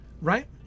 right